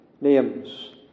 names